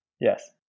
Yes